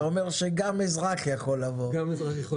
אני מודה